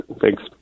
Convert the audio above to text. thanks